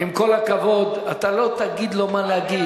עם כל הכבוד, אתה לא תגיד לו מה להגיד.